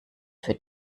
für